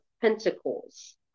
Pentacles